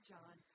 John